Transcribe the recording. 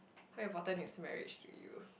how important is marriage to you